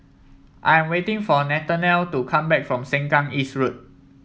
I'm waiting for Nathanael to come back from Sengkang East Road